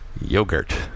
yogurt